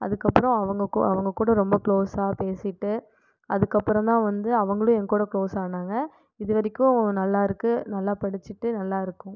அதுக்கப்றம் அவங்க அவங்க கூட ரொம்ப குளோஸா பேசிவிட்டு அதுக்கப்புறந்தான் வந்து அவங்களும் என்கூட குளோஸானாங்க இதுவரைக்கும் நல்லாயிருக்கு நல்லா படிச்சுட்டு நல்லாயிருக்கோம்